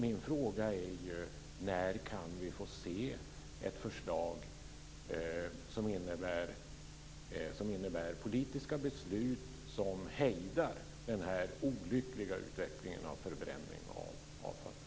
Min fråga är: När kan vi få se ett förslag till politiska beslut som hejdar denna olyckliga utveckling när det gäller förbränning av avfall?